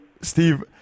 Steve